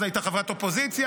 אז הייתה חברת אופוזיציה,